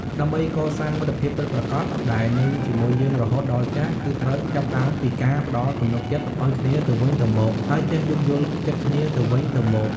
ដើម្បីកសាងមិត្តភាពពិតប្រាកដដែលនៅជាមួយយើងរហូតដល់ចាស់ គឺត្រូវចាប់ផ្ដើមពីការផ្តល់ទំនុកចិត្តឱ្យគ្នាទៅវិញទៅមក ហើយចេះយល់ចិត្តគ្នាទៅវិញទៅមក។